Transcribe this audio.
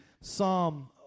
Psalm